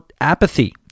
apathy